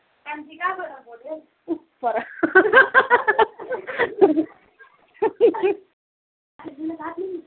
उ पर